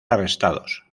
arrestados